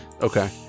Okay